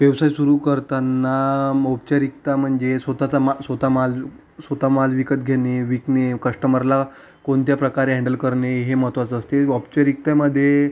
व्यवसाय सुरू करतांना औपचारिकता म्हणजे स्वतःचा मा स्वतः माल स्वतः माल विकत घेणे विकणे कश्टमरला कोणत्या प्रकारे हँडल करणे हे महत्त्वाचं असते औपचारिकतेमध्ये